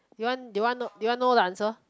you want do you want do you want to know the answer